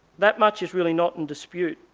that much is really not in dispute.